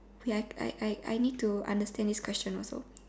I I I need to understand this question also